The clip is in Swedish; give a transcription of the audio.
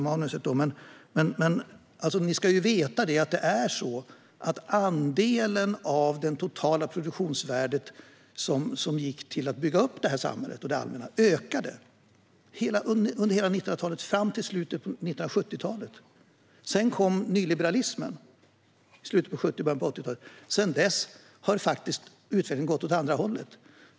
Man ska veta att den andel av det totala produktionsvärdet som gick till att bygga upp detta samhälle och det allmänna ökade under hela 1900-talet fram till slutet av 1970-talet. Sedan kom nyliberalismen i slutet av 70-talet och början av 80-talet, och sedan dess har utvecklingen gått åt andra hållet.